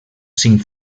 cinc